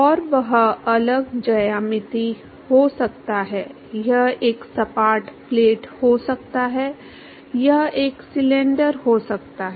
और वह अलग ज्यामितीय हो सकता है यह एक सपाट प्लेट हो सकता है यह एक सिलेंडर हो सकता है